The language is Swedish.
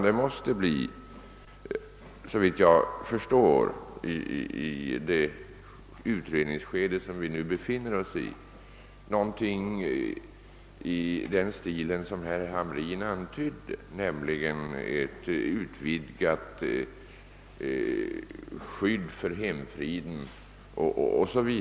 Det måste, såvitt jag förstår, i det utredningsskede som vi nu befinner oss i bli någonting i stil med vad herr Hamrin i Jönköping antydde, nämligen ett utvidgat skydd för hemfriden 0.sS. v.